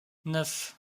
neuf